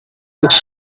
was